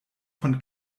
von